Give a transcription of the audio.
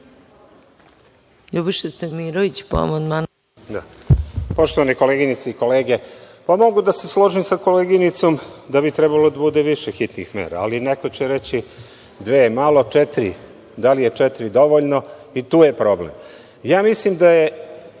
**Ljubiša Stojmirović** Poštovane koleginice i kolege, mogu da se složim sa koleginicom da bi trebalo da bude više hitnih mera, ali, neko će reći da su dve malo, ali, da li je četiri dovoljno, i tu je problem. Ja mislim da je